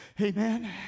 Amen